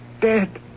Dead